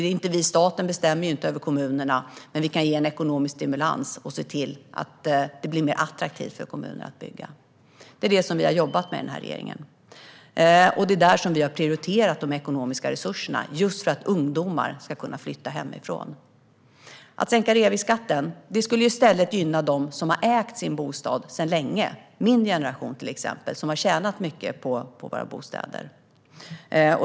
Staten bestämmer inte över kommunerna, men vi kan ge en ekonomisk stimulans och se till att det blir mer attraktivt för kommunerna att bygga. Det är det den här regeringen har jobbat med, och det är så vi har prioriterat de ekonomiska resurserna - just för att ungdomar ska kunna flytta hemifrån. En sänkning av reavinstskatten skulle gynna dem som har ägt sin bostad sedan länge, till exempel min generation. Vi har tjänat mycket på våra bostäder.